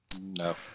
No